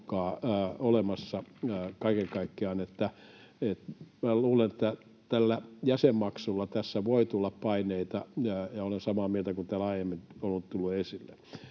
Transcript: kaiken kaikkiaan. Minä luulen, että tähän jäsenmaksuun tässä voi tulla paineita, ja olen samaa mieltä kuin täällä aiemmin on tullut esille.